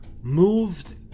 moved